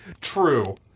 true